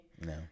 No